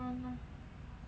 ya